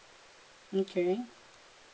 okay